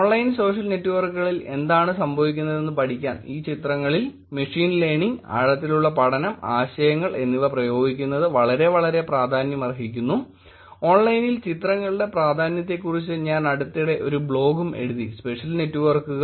online social നെറ്റ്വർക്കുകളിൽ എന്താണ് സംഭവിക്കുന്നതെന്ന് പഠിക്കാൻ ഈ ചിത്രങ്ങളിൽ മെഷീൻ ലേണിംഗ് ആഴത്തിലുള്ള പഠനം ആശയങ്ങൾ എന്നിവ പ്രയോഗിക്കുന്നത് വളരെ വളരെ പ്രാധാന്യമർഹിക്കുന്നു ഓൺലൈനിൽ ചിത്രങ്ങളുടെ പ്രാധാന്യത്തെക്കുറിച്ച് ഞാൻ അടുത്തിടെ ഒരു ബ്ലോഗും എഴുതി സോഷ്യൽ നെറ്റ്വർക്കുകൾ